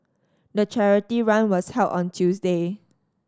the charity run was held on Tuesday